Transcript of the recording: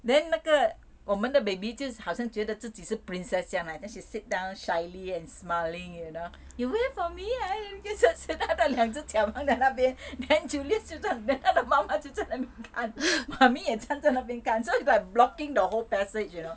then 那个我们的 baby 就好像觉得自己是 princess 将来 then she sit down shyly and smiling you know you wear for me I 那边两只脚在那边 then julius 就在 他的妈妈就在那边看 mummy 也在站在那边看 so it's like blocking the whole passage you know